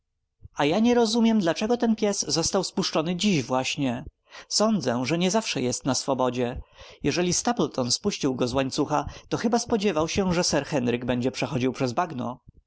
a ja nie rozumiem dlaczego ten pies został spuszczony dziś właśnie sądzę że nie zawsze jest na swobodzie jeżeli stapleton spuścił go z łańcucha to chyba spodziewał się że sir henryk będzie przechodził przez bagno